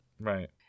right